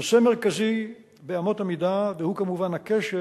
נושא מרכזי באמות המידה הוא כמובן הקשר